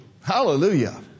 Hallelujah